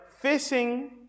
Facing